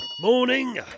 morning